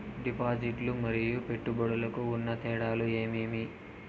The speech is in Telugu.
డిపాజిట్లు లు మరియు పెట్టుబడులకు ఉన్న తేడాలు ఏమేమీ?